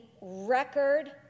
record